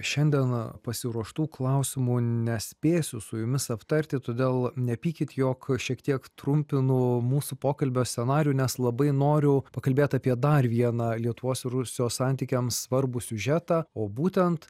šiandien pasiruoštų klausimų nespėsiu su jumis aptarti todėl nepykit jog šiek tiek trumpinu mūsų pokalbio scenarijų nes labai noriu pakalbėt apie dar vieną lietuvos rusijos santykiams svarbų siužetą o būtent